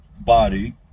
body